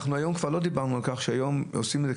אנחנו כבר לא דיברנו על כך שהיום עושים את זה,